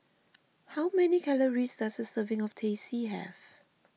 how many calories does a serving of Teh C have